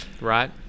right